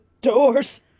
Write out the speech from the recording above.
doors